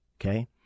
Okay